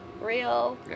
real